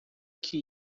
que